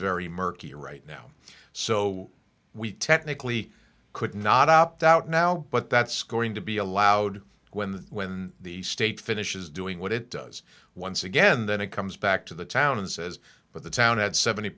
very murky right now so we technically could not opt out now but that's going to be allowed when when the state finishes doing what it does once again then it comes back to the town and says but the town had seventy